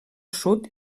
sud